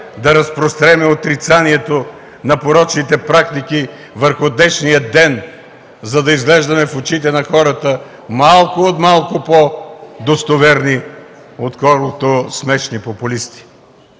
да разпрострем отрицанието на порочните практики върху днешния ден, за да изглеждаме в очите на хората малко от малко по-достоверни, отколкото смешни популисти.